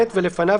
לחדר,